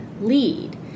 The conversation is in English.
lead